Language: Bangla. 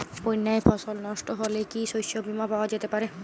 বন্যায় ফসল নস্ট হলে কি শস্য বীমা পাওয়া যেতে পারে?